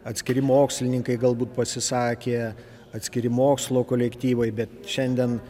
atskiri mokslininkai galbūt pasisakė atskiri mokslo kolektyvai bet šiandien